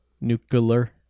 Nuclear